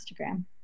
instagram